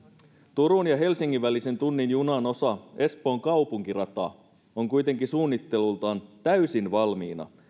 turun ja helsingin välisen tunnin junan osa espoon kaupunkirata on kuitenkin suunnittelultaan täysin valmiina